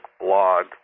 blog